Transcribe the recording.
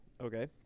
okay